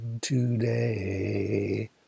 today